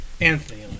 Anthony